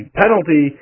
penalty